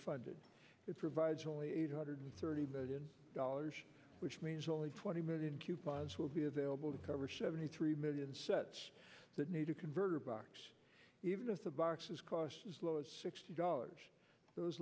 funded it provides only eight hundred thirty million dollars which means only twenty million coupons will be available to cover seventy three million sets that need a converter box even as the boxes cost as low as sixty dollars those